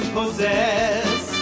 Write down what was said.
possess